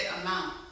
amount